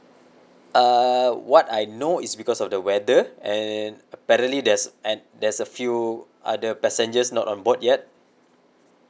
uh what I know is because of the weather and apparently there's and there's a few other passengers not on board yet